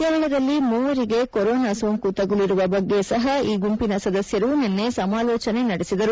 ಕೇರಳದಲ್ಲಿ ಮೂವರಿಗೆ ಕೊರೋನಾ ಸೋಂಕು ತಗುಲಿರುವ ಬಗ್ಗೆ ಸಹ ಈ ಗುಂಪಿನ ಸದಸ್ಯರು ನಿನ್ನೆ ಸಮಾಲೋಚನೆ ನಡೆಸಿದರು